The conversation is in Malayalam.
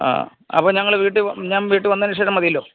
ആ അപ്പോള് ഞാൻ വീട്ടില് വന്നതിന് ശേഷം മതിയല്ലോ